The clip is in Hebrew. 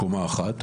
מבנה של קומה אחת,